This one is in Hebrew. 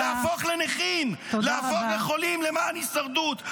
להפוך לנכים, להפוך לחולים, למען הישרדות?